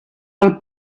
pel